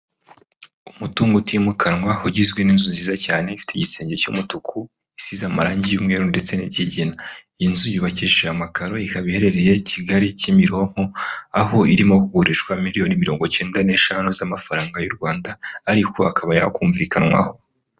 Umutungo utimukanwa ugizwe n'inzu nziza cyane, ifite igisenge cy'umutuku isize amarangi y'umweru ndetse n'ikigina, iyi nzu yubakishije amakaro, ikaba iherereye Kigali Kimironko, aho irimo kugurishwa miliyoni mirongo icyenda n'eshanu z'amafaranga y'u Rwanda, ariko akaba yakumvikanwaho.